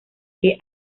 que